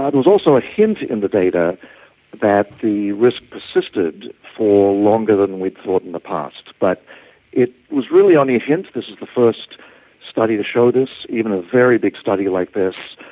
um was also a hint in the data that the risk persisted for longer than we thought in the past. but it was really only a hint. this is the first study to show this, even a very big study like this,